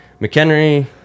McHenry